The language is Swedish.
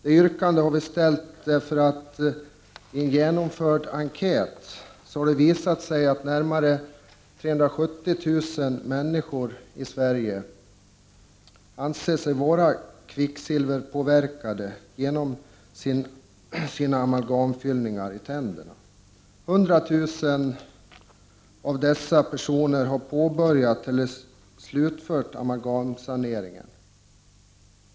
Detta yrkande har vi ställt därför att i en genomförd enkät har det visat sig att närmare 370 000 människor i Sverige anser sig vara kvicksilverpåverkade genom sina amalgamfyllningar i tänderna. 100 000 av dessa personer har påbörjat eller slutfört amalgamsaneringen.